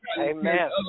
Amen